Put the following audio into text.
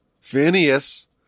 Phineas